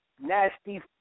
nasty